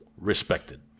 respected